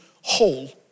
whole